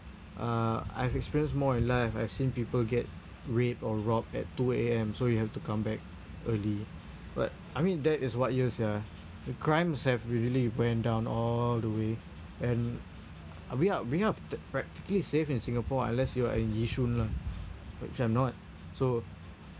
uh I've experienced more in life I've seen people get raped or robbed at two A_M so you have to come back early but I mean that is what year sia the crimes have really went down all the way and we are we are practically safe in singapore unless you are in yishun lah which I'm not so